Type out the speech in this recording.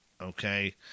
Okay